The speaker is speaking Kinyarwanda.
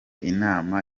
inama